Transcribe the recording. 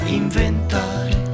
inventare